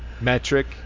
Metric